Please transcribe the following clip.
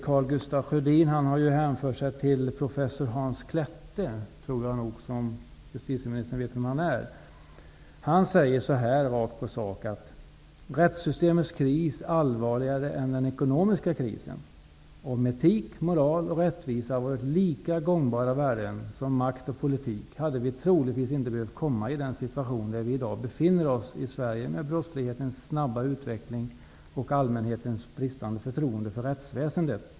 Karl Gustaf Sjödin hänvisar till professor Hans Klette. Jag tror att justitieministern vet vem han är. Han säger så här rakt på sak. Rubriken ''Rättssystemets kris allvarligare än den ekonomiska krisen''. Hans Klette säger vidare: ''Om etik, moral och rättvisa varit lika gångbara värden som makt och politik, hade vi troligtvis inte behövt komma i den situation, där vi idag befinner oss i Sverige med brottslighetens snabba utveckling och allmänhetens bristande förtroende för rättsväsendet.''